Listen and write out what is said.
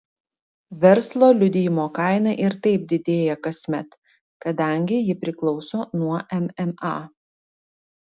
verslo liudijimo kaina ir taip didėja kasmet kadangi ji priklauso nuo mma